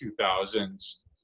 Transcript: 2000s